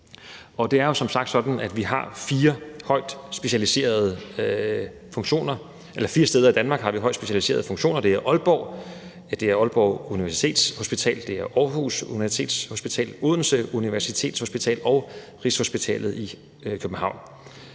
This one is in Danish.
det er jo som sagt sådan, at vi fire steder i Danmark har højt specialiserede funktioner. Det er på Aalborg Universitetshospital, det er på Aarhus Universitetshospital, på Odense Universitetshospital og på Rigshospitalet i København.